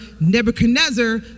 Nebuchadnezzar